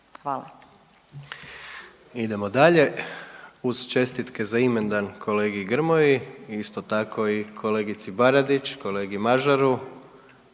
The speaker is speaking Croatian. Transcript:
(HDZ)** Idemo dalje, uz čestitke za imendan kolegi Grmoji isto tako i kolegici Baradić, kolegi Mažaru,